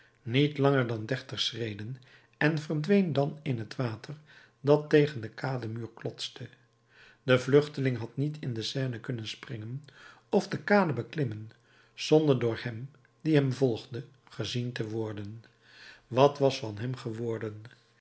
niet langer dan dertig schreden en verdween dan in het water dat tegen den kademuur klotste de vluchteling had niet in de seine kunnen springen of de kade beklimmen zonder door hem die hem volgde gezien te worden wat was van hem geworden